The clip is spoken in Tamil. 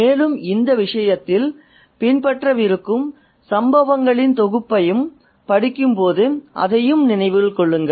மேலும் இந்த விஷயத்தில் பின்பற்றவிருக்கும் சம்பவங்களின் தொகுப்பைப் படிக்கும்போது அதையும் நினைவில் கொள்ளுங்கள்